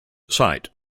site